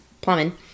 plumbing